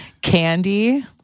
candy